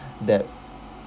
that